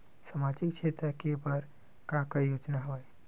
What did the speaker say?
सामाजिक क्षेत्र के बर का का योजना हवय?